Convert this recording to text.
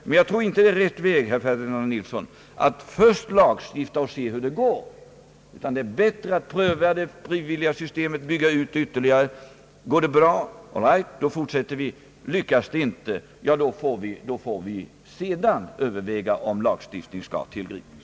Jag tror dock inte att det är rätt väg, herr Ferdinand Nilsson, att först lagstifta och se hur det går, utan det är bättre att först pröva det frivilliga systemet och bygga ut det. Går det bra, all right, då fortsätter vi på den vägen. Lyckas det inte, får vi överväga om lagstiftning skall tillgripas.